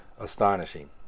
astonishing